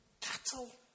Cattle